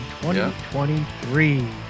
2023